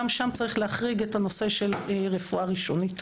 גם שם צריך להחריג את הנושא של רפואה ראשונית.